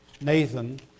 Nathan